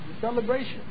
celebration